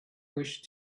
wish